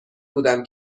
بودم